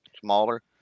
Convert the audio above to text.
smaller